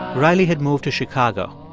riley had moved to chicago.